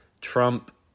Trump